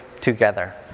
together